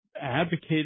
advocate